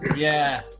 yeah.